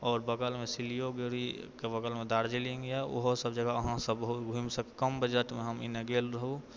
आओर बगलमे सिलीगुड़ीके बगलमे दार्जलिङ्ग यऽ ओहो सभ जगह अहाँ सब घुमि सकै कम बजटमे हम एनय गेल रहुं